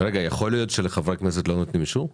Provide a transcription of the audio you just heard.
יכול להיות שלחברי הכנסת לא נותנים אישור?